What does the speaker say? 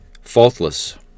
Faultless